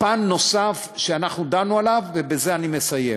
פן נוסף שדנו בו, ובזה אני מסיים,